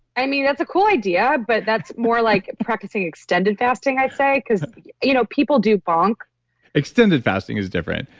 i mean, that's a cool idea, but that's more like practicing extended fasting i'd say because you know people do bonk extended fasting is different,